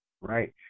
right